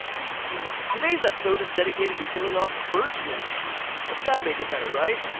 are you doing? today's episode is dedicated to killing off virtual animals. that's got to make it better, right?